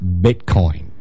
Bitcoin